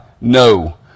No